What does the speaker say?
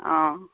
অঁ